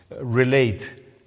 relate